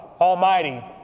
almighty